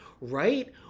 right